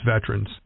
veterans